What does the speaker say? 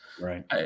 Right